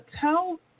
Tell